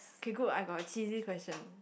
okay good I got cheesy question